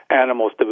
animals